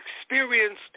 experienced